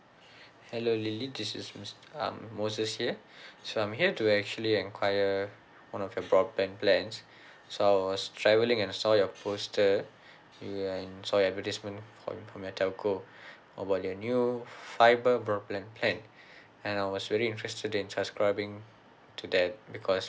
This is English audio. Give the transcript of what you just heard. hello lily this is mo~ um moses here so I'm here to actually enquire one of your broadband plans so I was travelling I saw your poster and saw your advertisement from your telco about your new fibre broadband plan and I was very interested in subscribing to that because